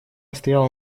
стояла